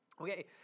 Okay